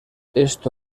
esto